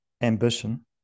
ambition